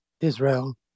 Israel